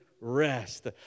rest